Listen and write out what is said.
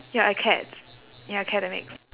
your acads your academics